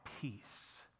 peace